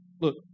Look